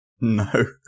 No